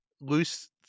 loose